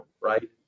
right